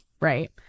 right